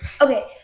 Okay